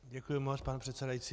Děkuju moc, pane předsedající.